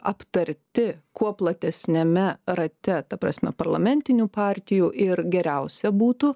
aptarti kuo platesniame rate ta prasme parlamentinių partijų ir geriausia būtų